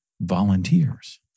volunteers